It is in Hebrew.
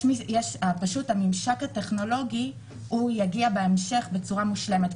הממשק הטכנולוגי יגיע בהמשך בצורה מושלמת.